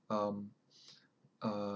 um uh